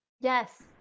Yes